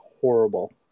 horrible